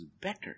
better